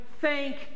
thank